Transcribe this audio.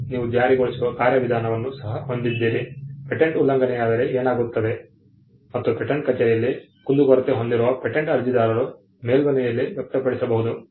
ಮತ್ತು ನೀವು ಜಾರಿಗೊಳಿಸುವ ಕಾರ್ಯವಿಧಾನವನ್ನು ಸಹ ಹೊಂದಿದ್ದೀರಿ ಪೇಟೆಂಟ್ ಉಲ್ಲಂಘನೆಯಾದರೆ ಏನಾಗುತ್ತದೆ ಮತ್ತು ಪೇಟೆಂಟ್ ಕಚೇರಿಯಲ್ಲಿ ಕುಂದುಕೊರತೆ ಹೊಂದಿರುವ ಪೇಟೆಂಟ್ ಅರ್ಜಿದಾರರು ಮೇಲ್ಮನವಿಯಲ್ಲಿ ವ್ಯಕ್ತಪಡಿಸಬಹುದು